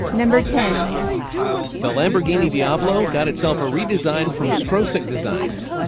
number ten the lamborghini diablo got itself a redesign from strosek designs.